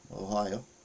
Ohio